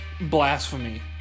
blasphemy